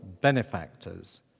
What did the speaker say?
benefactors